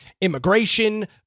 immigration